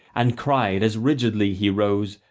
and cried, as rigidly he rose,